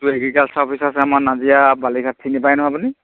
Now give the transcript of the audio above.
এইটো agriculture office আছে আমাৰ নাজিৰা বালিঘাট চিনি পাই নহয় আপুনি